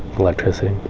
electricity.